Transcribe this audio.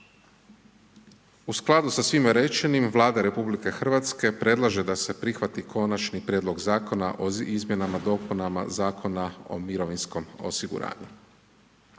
U skladu sa svime rečenim, Vlada RH predlaže da se prihvati konačni prijedlog Zakona o izmjenama i dopunama Zakona o mirovinskom osiguranju.